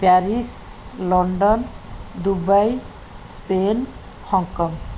Paris London Dubai Spain Hong Kong